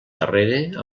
darrere